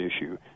issue